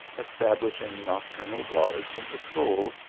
establishing nocturnal guards and patrols,